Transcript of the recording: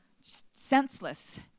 senseless